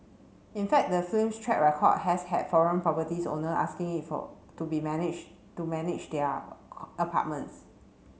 in fact the film's track record has had foreign properties owner asking it for to be manage to manage their apartments